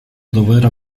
dover